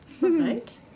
right